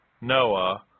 Noah